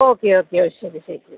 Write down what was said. okay okay ഓ ശരി ശരി ശരി